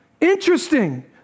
Interesting